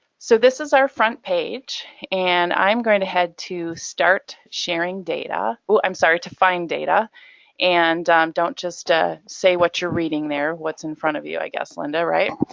so this is our front page and i'm going to head to start sharing data. oh i'm sorry, to find data and don't just ah say what you're reading there, what's in front of you, i guess, linda right?